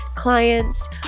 clients